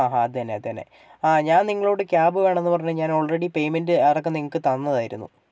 അതന്നെ അതന്നെ ഞാൻ നിങ്ങളോട് ക്യാബ് വേണമെന്ന് പറഞ്ഞ് ഞാൻ ഓൾറെഡി പേയ്മെൻറ്റ് അടക്കം നിങ്ങൾക്ക് തന്നതായിരുന്നു